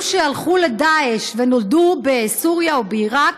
שהלכו לדאעש ונולדו בסוריה או בעיראק,